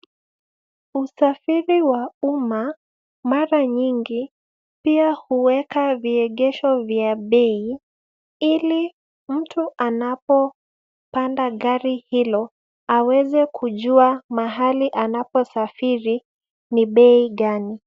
Usafiri wa umma mara nyingi pia huweka viegesho vya bei ili mtu anapopanda gari hilo aweze kujua mahali anaposafiri ni bei gani.